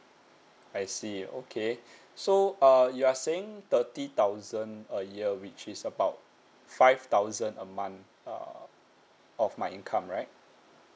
I see okay so uh you are saying thirty thousand a year which is about five thousand a month err of my income right